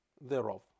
thereof